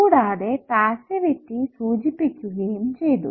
കൂടാതെ പാസിവിറ്റി സൂചിപ്പിക്കുകയും ചെയ്യും